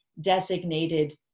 designated